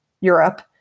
Europe